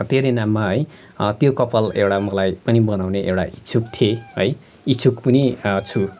तेरे नाममा है त्यो कपाल एउटा मलाई पनि बनाउने एउटा इच्छुक थिए है इच्छुक पनि छु